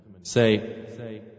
Say